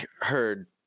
heard